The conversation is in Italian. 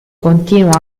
continua